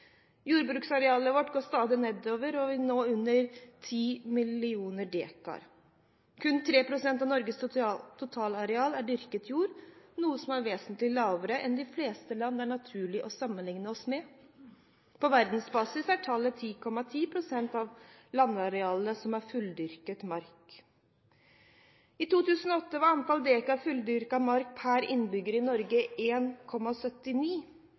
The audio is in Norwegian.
nå under 10 millioner dekar. Kun 3 pst. av Norges totalareal er dyrket jord, noe som er vesentlig lavere enn i de fleste land det er naturlig å sammenlikne seg med. På verdensbasis er 10,7 pst. av landarealet fulldyrket mark. I 2008 var antallet dekar fulldyrket mark per innbygger i Norge